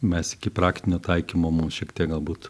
mes iki praktinio taikymo mums šiek tiek galbūt